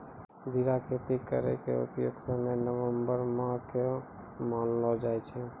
जीरा खेती केरो उपयुक्त समय नवम्बर माह क मानलो जाय छै